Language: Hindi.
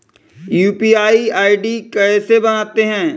यू.पी.आई आई.डी कैसे बनाते हैं?